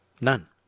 None